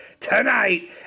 Tonight